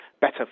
better